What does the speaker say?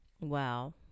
Wow